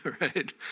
right